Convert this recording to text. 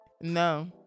No